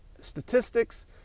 statistics